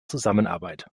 zusammenarbeit